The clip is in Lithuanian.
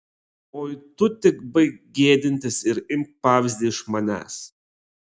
oi tu tik baik gėdintis ir imk pavyzdį iš manęs